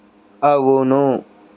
అవును